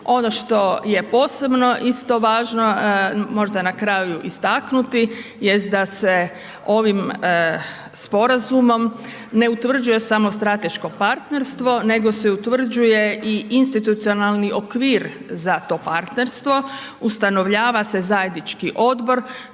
Ono što je posebno isto važno možda na karaju istaknuti jest da se ovim sporazumom ne utvrđuje samo strateško partnerstvo nego se utvrđuje i institucionalni okvir za to partnerstvo, ustanovljava se zajednički odbor